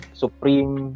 supreme